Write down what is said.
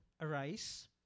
arise